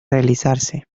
realizarse